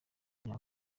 myaka